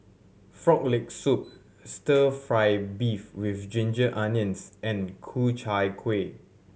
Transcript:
Frog Leg Soup Stir Fry beef with ginger onions and Ku Chai Kueh